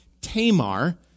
Tamar